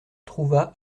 trouva